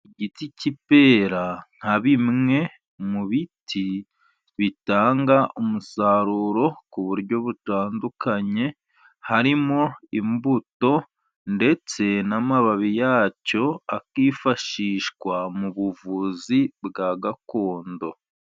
Igiti cy'ipera, nka bimwe mu biti bitanga umusaruro ku buryo butandukanye. Harimo imbuto, ndetse n'amababi yacyo akifashishwa mu buvuzi bwa gakondo.